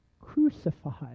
crucified